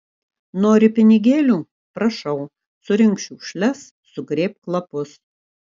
nori pinigėlių prašau surink šiukšles sugrėbk lapus